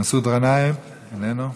מסעוד גנאים, איננו,